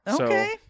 Okay